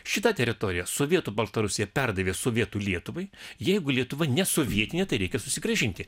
šitą teritoriją sovietų baltarusija perdavė sovietų lietuvai jeigu lietuva nesovietinė tai reikia susigrąžinti